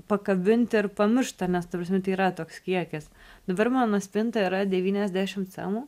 pakabinti ir pamiršta nes ta prasme tai yra toks kiekis dabar mano spinta yra devyniasdešim cemų